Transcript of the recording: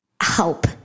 help